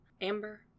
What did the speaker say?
amber